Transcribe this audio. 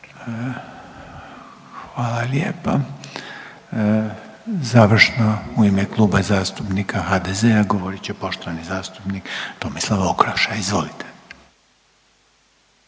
Hvala lijepo. Sad će završno u ime Kluba zastupnika HDZ-a govoriti poštovani zastupnik Siniša Jenkač, izvolite.